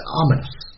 ominous